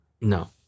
No